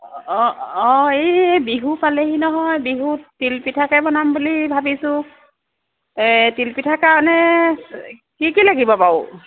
অঁ অঁ এই বিহু পালেহি নহয় বিহুত তিলপিঠাকে বনাম বুলি ভাবিছোঁ তিলপিঠা কাৰণে কি কি লাগিব বাৰু